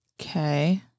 okay